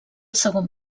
segon